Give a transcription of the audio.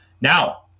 Now